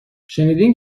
شنیدین